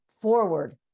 forward